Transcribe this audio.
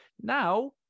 now